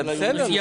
מה יש